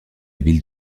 ville